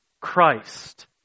Christ